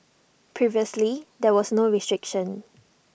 previously there was no restriction